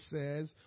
says